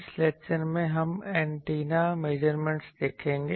इस लेक्चर में हम एंटीना मेजरमेंटस देखेंगे